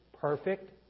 Perfect